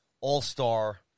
all-star